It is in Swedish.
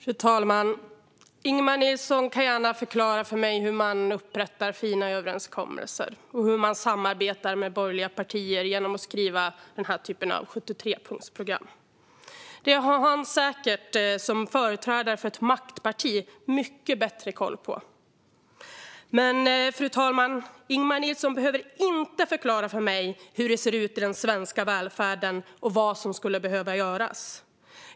Fru talman! Ingemar Nilsson kan gärna förklara för mig hur man upprättar fina överenskommelser och hur man samarbetar med borgerliga partier genom att skriva den här typen av 73-punktsprogram. Det har han säkert som företrädare för ett maktparti mycket bättre koll på. Fru talman! Ingemar Nilsson behöver inte förklara för mig hur det ser ut i den svenska välfärden och vad som skulle behöva göras.